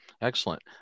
Excellent